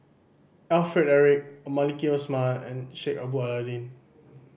Alfred Eric Maliki Osman and Sheik Alau'ddin